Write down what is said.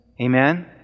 Amen